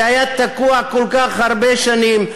שהיה תקוע כל כך הרבה שנים.